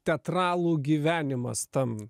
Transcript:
teatralų gyvenimas tam